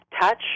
touch